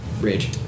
Rage